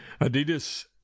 adidas